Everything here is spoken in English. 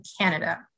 Canada